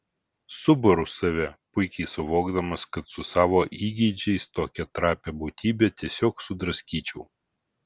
subaru save puikiai suvokdamas kad su savo įgeidžiais tokią trapią būtybę tiesiog sudraskyčiau